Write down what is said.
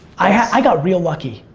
i got real lucky.